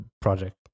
project